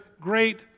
great